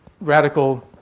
radical